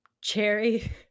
Cherry